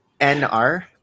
NR